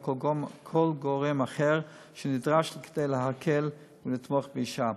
או כל גורם אחר שנדרש כדי להקל ולתמוך באישה.